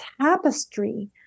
tapestry